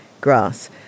grass